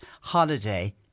holiday